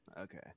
Okay